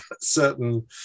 certain